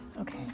Okay